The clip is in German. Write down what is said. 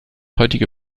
heutige